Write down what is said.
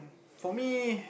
for me